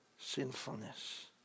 sinfulness